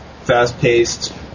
fast-paced